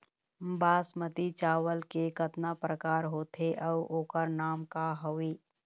बासमती चावल के कतना प्रकार होथे अउ ओकर नाम क हवे?